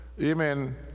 amen